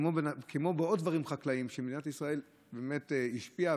כמו בעוד דברים חקלאיים שבהם מדינת ישראל באמת השפיעה,